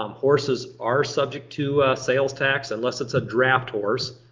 um horses are subject to sales tax unless it's a draft horse,